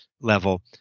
level